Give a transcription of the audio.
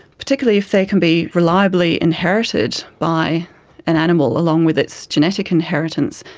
particularly if they can be reliably inherited by an animal along with its genetic inheritance,